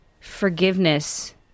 forgiveness